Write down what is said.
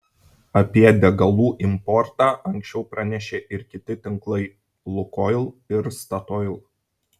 apie degalų importą anksčiau pranešė ir kiti tinklai lukoil ir statoil